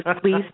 please